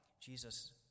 Jesus